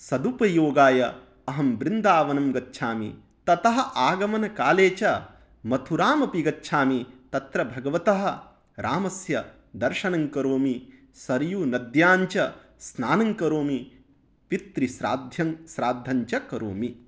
सदुपयोगाय अहं बृन्दावनं गच्छामि ततः आगमनकाले च मथुरामपि गच्छामि तत्र भगवतः रामस्य दर्शनं करोमि सरयूनद्याञ्च स्नानं करोमि पितृश्राद्धं श्राद्धञ्च करोमि